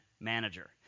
manager